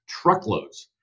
truckloads